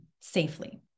safely